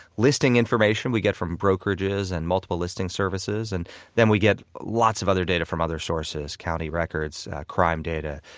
listing information we get from brokerages and multiple listing services, and then we get lots of other data from other sources county records, crime data,